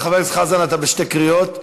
חבר הכנסת חזן, אתה בשתי קריאות.